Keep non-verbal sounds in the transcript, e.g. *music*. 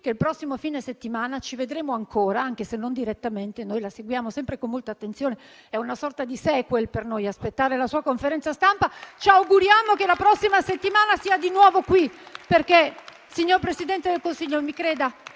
che il prossimo fine settimana ci vedremo ancora, anche se non direttamente. Noi la seguiamo sempre con molta attenzione; è una sorta di *sequel* per noi aspettare la sua conferenza stampa! *applause* Ci auguriamo che la prossima settimana sia di nuovo qui perché, signor Presidente del Consiglio, mi creda,